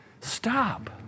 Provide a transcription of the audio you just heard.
stop